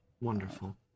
wonderful